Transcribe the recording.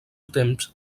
temps